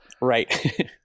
Right